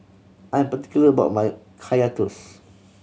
I'm particular about my Kaya Toast